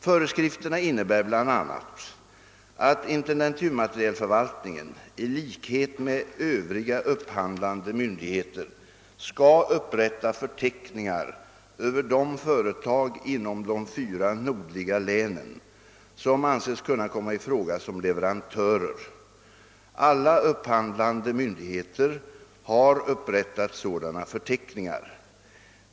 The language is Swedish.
Föreskrifterna innebär bl.a. att intendenturmaterielförvaltningen i likhet med övriga upphandlande myndigheter skall upprätta förteckningar över de företag inom de fyra nordliga länen som anses kunna komma i fråga som leverantörer. Alla upphandlande myndigheter har upprättat sådana förteck ningar.